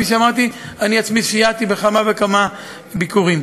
כפי שאמרתי, אני עצמי סייעתי בכמה וכמה ביקורים.